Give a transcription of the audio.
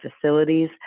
facilities